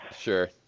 Sure